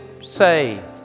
say